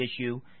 issue